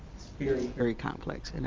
very, very complex. and